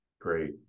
Great